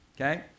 okay